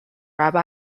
rabbi